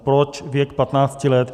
Proč věk 15 let?